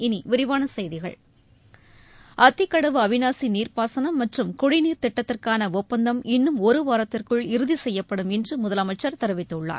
இனி விரிவான செய்திகள் அத்திக்கடவு அவினாசி நீர்ப்பாசனம் மற்றும் குடிநீர் திட்டத்திற்கான ஒப்பந்தம் இன்னும் ஒரு வாரத்திற்குள் இறுதி செய்யப்படும் என்று முதலமைச்சர் தெரிவித்துள்ளார்